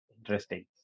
Interesting